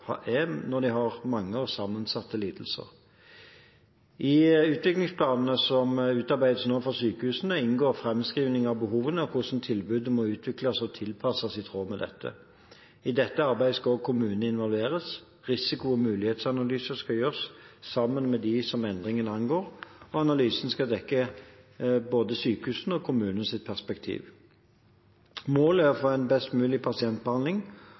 er, med sine mange og sammensatte lidelser. I utviklingsplanene som nå utarbeides for sykehusene, inngår framskrivning av behovene, og hvordan tilbudet må utvikles og tilpasses i tråd med dette. I dette arbeidet skal også kommunene involveres. Risiko- og mulighetsanalyse skal gjøres sammen med dem som endringene angår, og analysen skal dekke både sykehusenes og kommunenes perspektiv. Målet er å få en best mulig pasientbehandling